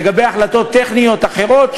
לגבי החלטות טכניות אחרות,